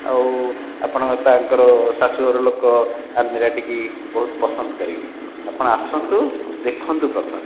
ଆଉ ଆପଣ ତାଙ୍କର ଶାଶୁ ଘର ଲୋକ ଆଲମିରା ଟି ବହୁତ ପସନ୍ଦ କରିବେ ଆପଣ ଆସନ୍ତୁ ଦେଖନ୍ତୁ ପ୍ରଥମେ